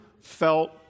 felt